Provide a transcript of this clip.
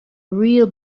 real